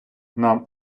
нам